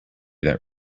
that